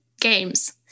games